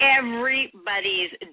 everybody's